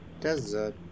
desert